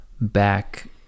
back